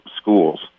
schools